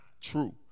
true